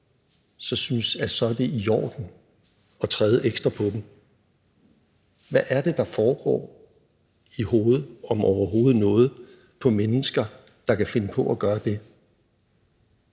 synes, at det så er i orden at træde ekstra på det? Hvad er det, der foregår i hovedet, om overhovedet noget, på mennesker, der kan finde på at gøre det?